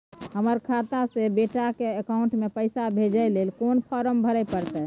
हमर खाता से बेटा के अकाउंट में पैसा भेजै ल कोन फारम भरै परतै?